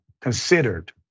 considered